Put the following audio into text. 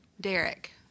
Derek